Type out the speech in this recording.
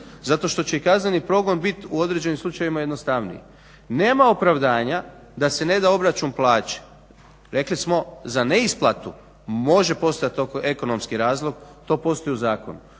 Zato što će i kazneni progon biti u određenim slučajevima jednostavniji. Nema opravdanja da se ne da obračun plaće. Rekli smo za neisplatu može postojati ekonomski razlog, to postoji u zakonu,